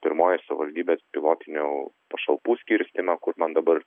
pirmojo savivaldybės pilotinių pašalpų skirstymo kur man dabar